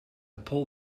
pull